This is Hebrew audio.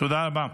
תודה רבה.